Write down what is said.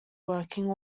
working